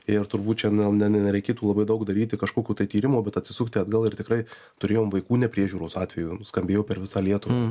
ir turbūt čia na ne ne nereikėtų labai daug daryti kažkokių tai tyrimų bet atsisukti atgal ir tikrai turėjom vaikų nepriežiūros atvejų skambėjo per visą lietuvą